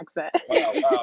accent